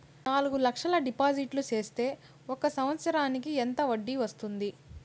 నాలుగు లక్షల డిపాజిట్లు సేస్తే ఒక సంవత్సరానికి ఎంత వడ్డీ వస్తుంది?